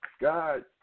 God